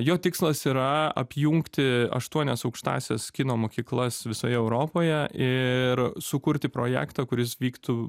jo tikslas yra apjungti aštuonias aukštąsias kino mokyklas visoje europoje ir sukurti projektą kuris vyktų